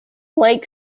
lake